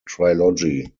trilogy